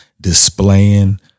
displaying